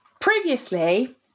previously